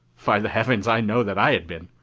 by the heavens, i know that i had been.